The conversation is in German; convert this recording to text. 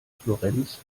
florenz